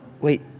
wait